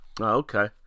okay